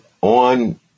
On